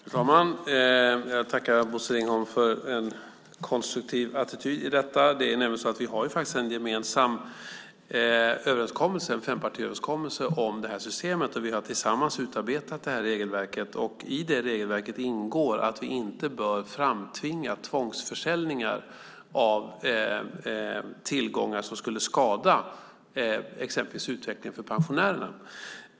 Fru talman! Jag tackar Bosse Ringholm för en konstruktiv attityd till detta. Vi har nämligen en gemensam fempartiöverenskommelse om det här systemet. Vi har tillsammans utarbetat regelverket. I det ingår att vi inte bör framtvinga tvångsförsäljningar som skulle skada exempelvis utvecklingen för pensionärerna.